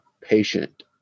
patient